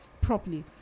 properly